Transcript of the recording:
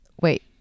Wait